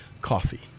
Coffee